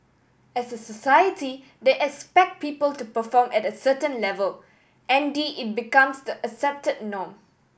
as a society they expect people to perform at a certain level n d it becomes the accepted norm